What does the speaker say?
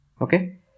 okay